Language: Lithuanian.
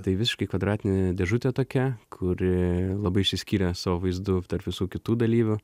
tai visiškai kvadratinė dėžutė tokia kuri labai išsiskyrė savo vaizdu tarp visų kitų dalyvių